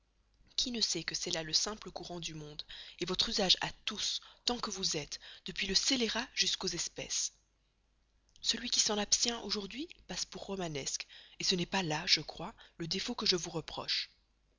qui ne sait que c'est là le simple courant du monde votre usage à tous tant que vous êtes depuis le scélérat jusqu'aux espèces celui qui s'en abstient aujourd'hui passe pour romanesque ce n'est pas là je crois le défaut que je vous reproche